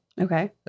Okay